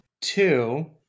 Two